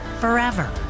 forever